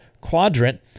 quadrant